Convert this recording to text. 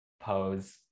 Pose